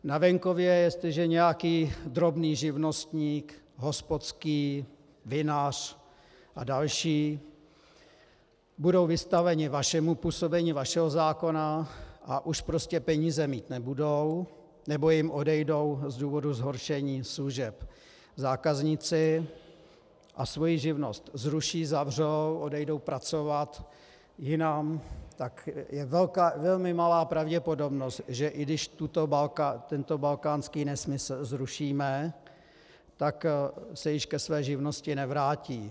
Na venkově, jestliže nějaký drobný živnostník, hospodský, vinař a další budou vystaveni působení vašeho zákona a už prostě peníze mít nebudou, nebo jim odejdou z důvodu zhoršení služeb zákazníci a svoji živnost zruší, zavřou, odejdou pracovat jinam, tak je velmi malá pravděpodobnost, že i když tento balkánský nesmysl zrušíme, tak se již ke své živnosti nevrátí.